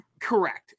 correct